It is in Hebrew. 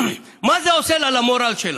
מה זה עושה לה, למורל שלה?